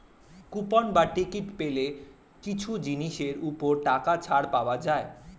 coupon বা ticket পেলে কিছু জিনিসের ওপর টাকা ছাড় পাওয়া যায়